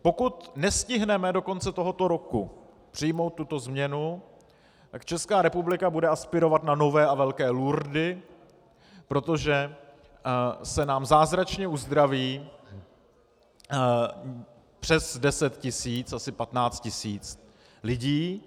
Pokud nestihneme do konce tohoto roku přijmout tuto změnu, Česká republika bude aspirovat na nové a velké Lurdy, protože se nám zázračně uzdraví přes deset tisíc, asi patnáct tisíc lidí.